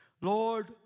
Lord